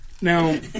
Now